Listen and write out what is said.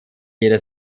jeder